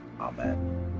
Amen